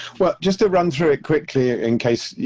well, just to run through it quickly ah in case,